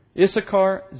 Issachar